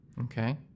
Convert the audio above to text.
Okay